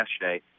yesterday